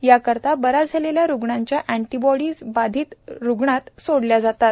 याकरता बऱ्या झालेल्या रुग्णातल्या अँटीबॉडीज बाधित रुग्णात सोडल्या जातात